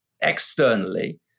externally